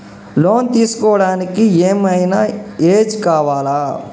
Loan తీస్కోవడానికి ఏం ఐనా ఏజ్ కావాలా?